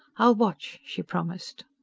i'll watch! she promised.